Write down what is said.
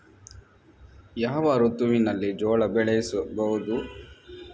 ಯಾವ ಋತುವಿನಲ್ಲಿ ಜೋಳ ಬೆಳೆಸಬಹುದು?